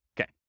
Okay